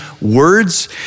words